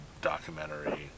documentary